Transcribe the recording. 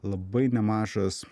labai nemažas